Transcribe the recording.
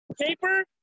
paper